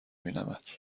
بینمت